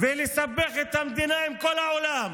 ולסבך את המדינה עם כל העולם